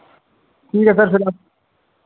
ठीक है सर फिर हम